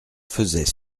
faisait